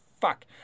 fuck